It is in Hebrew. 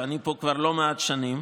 ואני פה כבר לא מעט שנים,